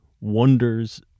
wonders